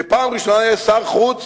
זו פעם ראשונה שיש שר חוץ